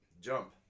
jump